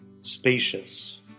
spacious